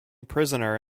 prisoner